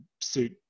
suit